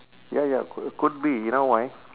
ya ya c~ could be you know why